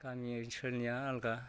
गामि ओनसोलनिया आलादा